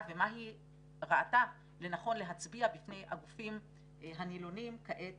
ומה היא ראתה לנכון להצביע בפני הגופים הנלונים כעת